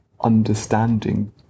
understanding